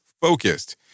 focused